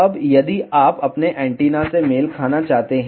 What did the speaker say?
अब यदि आप अपने एंटीना से मेल खाना चाहते हैं